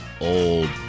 old